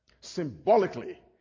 symbolically